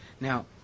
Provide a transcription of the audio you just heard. Now